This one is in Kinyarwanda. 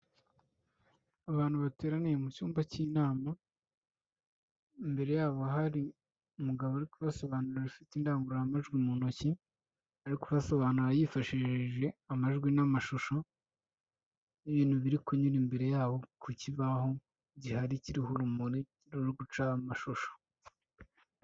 Abantu bateraniye mu cyumba cy'inama, imbere yabo hari umugabo uri kubasobanurira ufite indangurumajwi mu ntoki, ari kubasobanurira yifashishije amajwi n'amashusho y'ibintu biri kunyura imbere yabo ku kibaho gihari kiriho urumuri ruri gucaho amashusho.